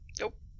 Nope